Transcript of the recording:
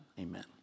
Amen